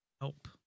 help